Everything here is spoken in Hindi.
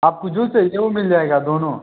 आपको जो चाहिए वह मिल जाएगा दोनों